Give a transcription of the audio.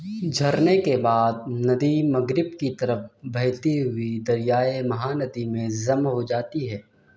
جھرنے کے بعد ندی مغرب کی طرف بہتی ہوئی دریائے مہا ندی میں ضم ہوجاتی ہے